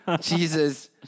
Jesus